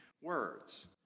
words